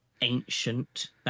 ancient